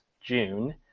June